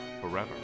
forever